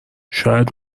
شاید